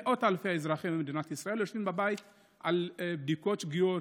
מאות אלפי אזרחים במדינת ישראל יושבים בבית בגלל בדיקות שגויות,